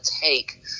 take